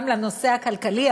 גם לנושא הכלכלי,